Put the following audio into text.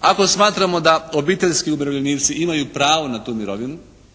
Ako smatramo da obiteljski umirovljenici imaju pravo na tu mirovinu,